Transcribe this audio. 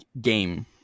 game